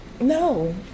No